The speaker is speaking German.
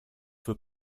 für